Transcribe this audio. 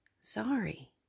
sorry